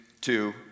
two